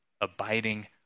abiding